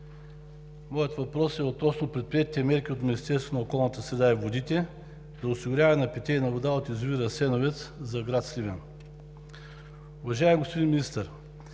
Моят въпрос е относно предприетите мерки от Министерството на околната среда и водите за осигуряване на питейна вода от язовир „Асеновец“ за град Сливен. Уважаеми господин Министър,